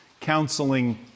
counseling